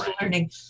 learning